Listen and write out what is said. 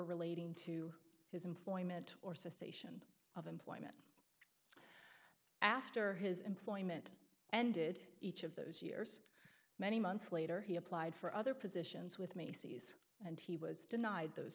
relating to his employment or cessation after his employment ended each of those years many months later he applied for other positions with macy's and he was denied those